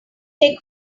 take